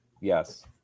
yes